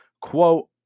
quote